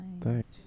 Thanks